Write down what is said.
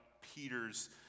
Peter's